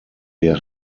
der